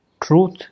Truth